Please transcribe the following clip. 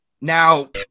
Now